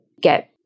get